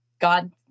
God